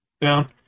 down